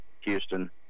Houston